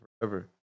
forever